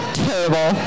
terrible